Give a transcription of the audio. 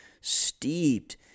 steeped